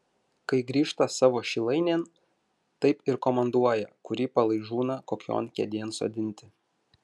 kai grįžta savo šilainėn taip ir komanduoja kurį palaižūną kokion kėdėn sodinti